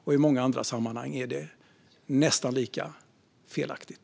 I många andra sammanhang är det nästan lika felaktigt.